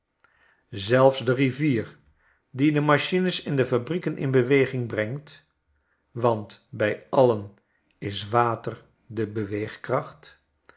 zelfs de rivier die de machines in de fabrieken in beweging brengt want bij alien is water de